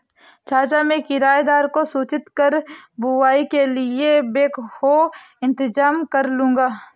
चाचा मैं किराएदार को सूचित कर बुवाई के लिए बैकहो इंतजाम करलूंगा